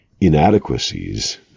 inadequacies